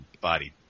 body